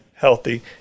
Healthy